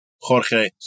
Jorge